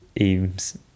Eames